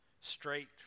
Straight